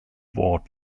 ward